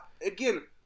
again